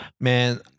Man